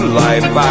life